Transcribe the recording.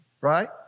right